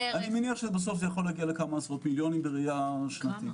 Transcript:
אני מניח שזה יכול להגיע לכמה עשרות מיליונים בראייה שנתית.